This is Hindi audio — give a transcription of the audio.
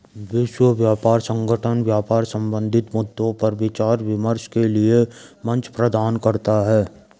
विश्व व्यापार संगठन व्यापार संबंधी मद्दों पर विचार विमर्श के लिये मंच प्रदान करता है